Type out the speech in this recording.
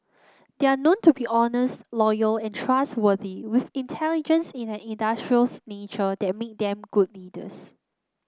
they are known to be honest loyal and trustworthy with intelligence and an industrious nature that make them good leaders